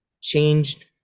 changed